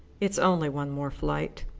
it's only one more flight.